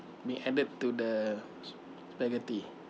be added to the spaghetti